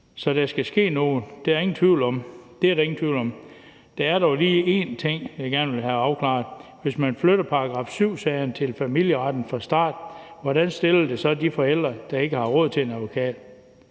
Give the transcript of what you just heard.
Så der skal ske noget, det er der ingen tvivl om. Der er dog lige én ting, jeg gerne vil have afklaret: Hvis man flytter § 7-sagerne til familieretten fra start, hvordan stiller det så de forældre, der ikke har råd til en advokat?